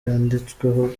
yanditsweho